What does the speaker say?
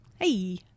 Hey